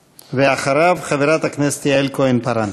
אחריו, חברת הכנסת יעל כהן-פארן.